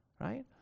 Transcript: right